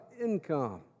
income